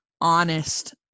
honest